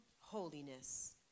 holiness